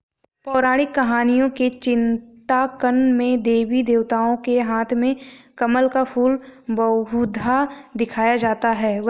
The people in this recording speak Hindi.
पौराणिक कहानियों के चित्रांकन में देवी देवताओं के हाथ में कमल का फूल बहुधा दिखाया जाता है